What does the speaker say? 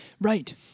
Right